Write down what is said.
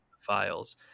files